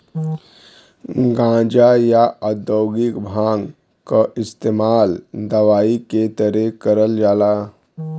गांजा, या औद्योगिक भांग क इस्तेमाल दवाई के तरे करल जाला